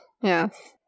Yes